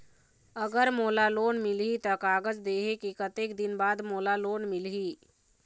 अगर मोला लोन मिलही त कागज देहे के कतेक दिन बाद मोला लोन मिलही?